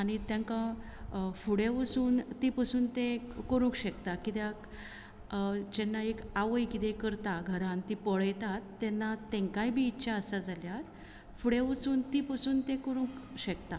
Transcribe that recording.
आनी तांकां फुडें वसून ती पसून ते करूंक शकता कित्याक जेन्ना एक आवय कितें करता घरान ती पळयतात तेन्ना तांकांय बी इच्छा आसा जाल्यार फुडें वचून ती पसून ते करूंक शकतात